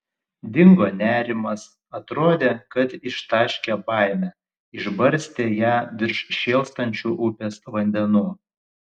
dingo nerimas atrodė kad ištaškė baimę išbarstė ją virš šėlstančių upės vandenų